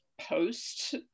post